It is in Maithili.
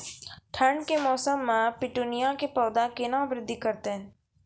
ठंड के मौसम मे पिटूनिया के पौधा केना बृद्धि करतै?